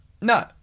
No